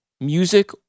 music